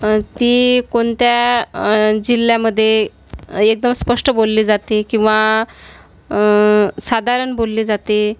ती कोणत्या जिल्ह्यामध्ये एकदम स्पष्ट बोलली जाते किंवा साधारण बोलली जाते